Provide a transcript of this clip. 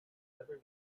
never